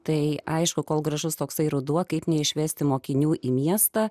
tai aišku kol gražus toksai ruduo kaip neišvesti mokinių į miestą